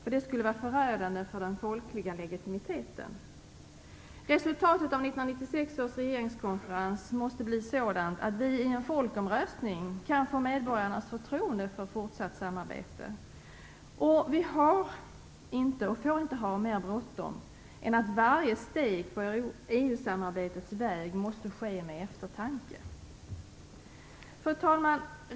Detta skulle vara förödande för den folkliga legitimiteten. Resultatet av 1996 års regeringskonferens måste bli sådant att vi i en folkomröstning kan få medborgarnas förtroende för fortsatt samarbete. Vi har inte - och får inte ha - mer bråttom än att varje steg på EU-samarbetets väg måste ske med eftertanke. Fru talman!